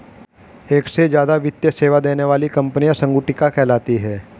एक से ज्यादा वित्तीय सेवा देने वाली कंपनियां संगुटिका कहलाती हैं